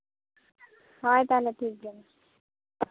ᱦᱳᱭ ᱛᱟᱦᱞᱮ ᱴᱷᱤᱠ ᱜᱮᱭᱟ ᱢᱟ